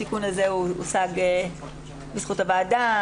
התיקון הזה הושג בזכות הוועדה.